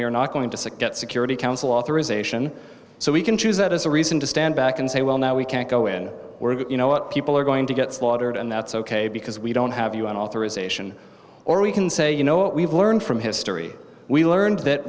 are not going to get security council authorization so we can choose that as a reason to stand back and say well now we can't go in you know what people are going to get slaughtered and that's ok because we don't have u n authorization or we can say you know what we've learned from history we learned that